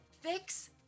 fix